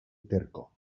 terco